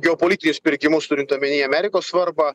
geopolitinius pirkimus turint omeny amerikos svarbą